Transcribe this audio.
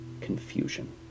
confusion